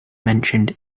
mentioned